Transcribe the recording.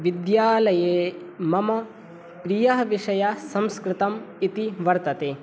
विद्यालये मम प्रियः विषयः संस्कृतम् इति वर्तते